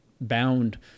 bound